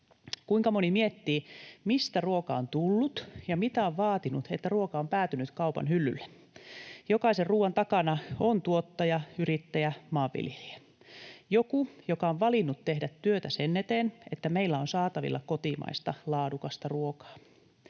Kuinka moni miettii, mistä ruoka on tullut ja mitä on vaatinut, että ruoka on päätynyt kaupan hyllylle? Jokaisen ruoan takana on tuottaja, yrittäjä, maanviljelijä, joku joka on valinnut tehdä työtä sen eteen, että meillä on saatavilla kotimaista laadukasta ruokaa.